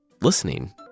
listening